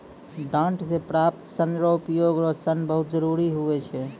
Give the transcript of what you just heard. डांट से प्राप्त सन रो उपयोग रो सन बहुत जरुरी हुवै छै